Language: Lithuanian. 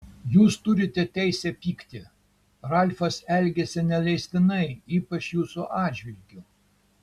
jūs turite teisę pykti ralfas elgėsi neleistinai ypač jūsų atžvilgiu